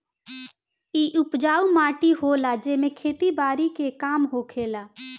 इ उपजाऊ माटी होला जेमे खेती बारी के काम होखेला